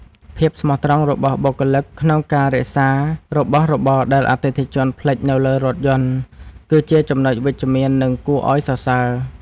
ភាពស្មោះត្រង់របស់បុគ្គលិកក្នុងការរក្សារបស់របរដែលអតិថិជនភ្លេចនៅលើរថយន្ត គឺជាចំណុចវិជ្ជមាន និងគួរឱ្យសរសើរ។